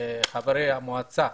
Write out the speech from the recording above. חברי המועצה